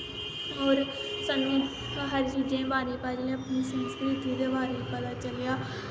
और स्हानू हर चीजें बारे च पता चलेआ इयां हर चीज़ दे बारे च पता चलेआ